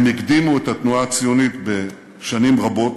הם הקדימו את התנועה הציונית בשנים רבות,